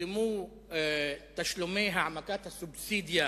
שהוקדמו תשלומי העמקת הסובסידיה